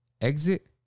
Exit